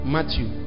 Matthew